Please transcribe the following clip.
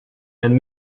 and